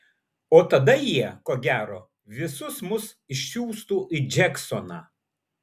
o tada jie ko gero visus mus išsiųstų į džeksoną